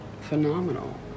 phenomenal